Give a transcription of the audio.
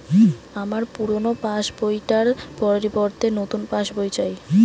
আমার পুরানো পাশ বই টার পরিবর্তে নতুন পাশ বই চাই